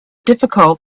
difficult